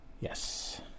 Yes